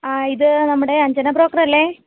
ആ ഇത് നമ്മുടെ അഞ്ചന ബ്രോക്കറല്ലേ